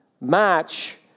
match